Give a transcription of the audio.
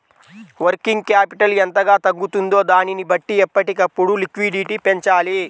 working capital ఎంతగా తగ్గుతుందో దానిని బట్టి ఎప్పటికప్పుడు లిక్విడిటీ పెంచాలి